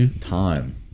time